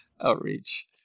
Outreach